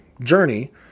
journey